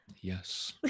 Yes